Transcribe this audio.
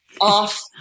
off